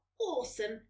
awesome